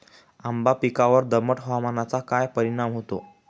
आंबा पिकावर दमट हवामानाचा काय परिणाम होतो?